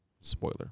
spoiler